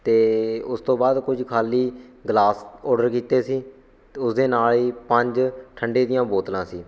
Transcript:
ਅਤੇ ਉਸ ਤੋਂ ਬਾਅਦ ਕੁਝ ਖਾਲੀ ਗਲਾਸ ਔਡਰ ਕੀਤੇ ਸੀ ਅਤੇ ਉਸਦੇ ਨਾਲ ਹੀ ਪੰਜ ਠੰਡੇ ਦੀਆਂ ਬੋਤਲਾਂ ਸੀ